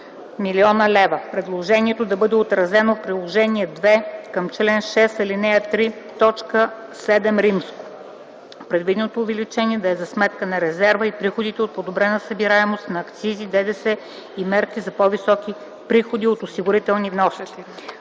хил. лв. Предложението да бъде отразено в Приложение № 2 към чл. 6, ал. 3, т. VІІ. Предвиденото увеличение да е за сметка на резерва и приходи от подобрена събираемост на акцизи, ДДС и мерки за по-високи приходи от осигурителни вноски.